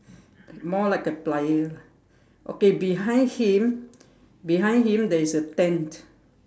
more like a plier lah okay behind him behind him there is a tent